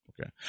okay